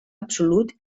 absolut